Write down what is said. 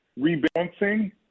rebalancing